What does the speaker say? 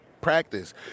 practice